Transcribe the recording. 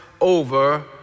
over